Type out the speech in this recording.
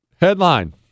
Headline